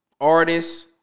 Artists